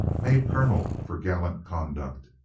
made colonel for gallant conduct.